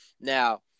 now